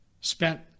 spent